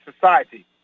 society